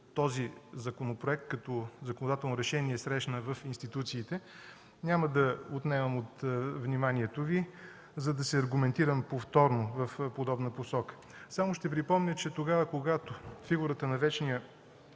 този законопроект като законодателно решение срещна в институциите, няма да отнемам от вниманието Ви, за да се аргументирам повторно в подобна посока. Само ще припомня, че тогава когато фигурата на вечния